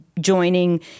joining